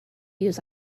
use